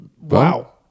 wow